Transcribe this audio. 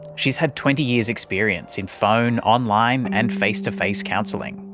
she's had twenty years experience in phone, online and face-to-face counselling.